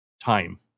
time